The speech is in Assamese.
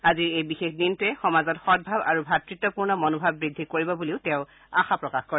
আজিৰ এই বিশেষ দিনটোৱে সমাজত সদ্ভাৱ আৰু ভাত্ত্বপূৰ্ণ মনোভাৱ বৃদ্ধি কৰিব বুলি আশা প্ৰকাশ কৰে